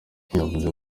yavuze